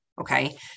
Okay